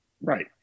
Right